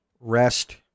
Rest